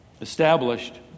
established